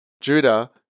Judah